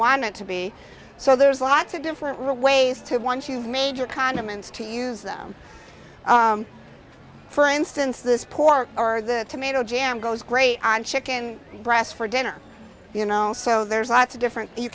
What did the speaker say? be so there's lots of different real ways too once you've made your condiments to use them for instance this poor or the tomato jam goes great on chicken breast for dinner you know so there's lots of different you